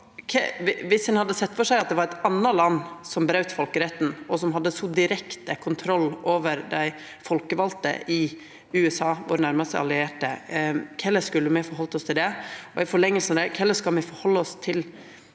Viss ein hadde sett føre seg at det var eit anna land som braut folkeretten, og som hadde så direkte kontroll over dei folkevalde i USA, vår nærmaste allierte, korleis skulle me forhalda oss til det?